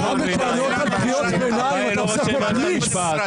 על קריאות ביניים אתה עושה פה בליץ.